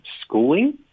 schooling